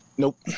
Nope